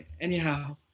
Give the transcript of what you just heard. anyhow